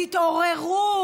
תתעוררו,